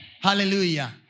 Hallelujah